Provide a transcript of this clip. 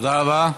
תודה רבה.